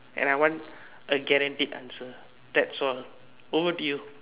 and I want a guaranteed answer that's all over to you